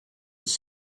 its